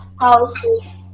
houses